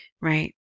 right